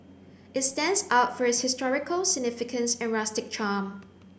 it stands out for its historical significance and rustic charm